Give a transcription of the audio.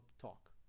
talk